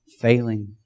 failing